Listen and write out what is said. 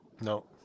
No